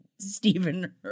Stephen